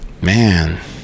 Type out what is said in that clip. Man